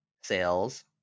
sales